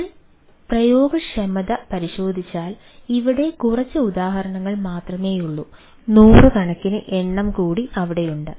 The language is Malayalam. നമ്മൾ പ്രയോഗക്ഷമത പരിശോധിച്ചാൽ ഇവിടെ കുറച്ച് ഉദാഹരണങ്ങൾ മാത്രമേയുള്ളൂ നൂറുകണക്കിന് എണ്ണം കൂടി അവിടെയുണ്ട്